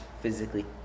physically